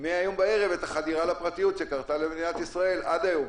מהיום בערב את החדירה לפרטיות שקרתה למדינת ישראל עד היום.